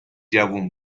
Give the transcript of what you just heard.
جوون